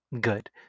good